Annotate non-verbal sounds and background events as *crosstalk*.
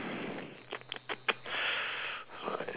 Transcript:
*noise*